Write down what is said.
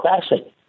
classic